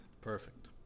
Perfect